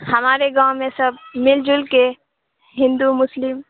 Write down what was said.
ہمارے گاؤں میں سب مل جل کے ہندو مسلم